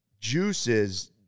juices